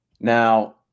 Now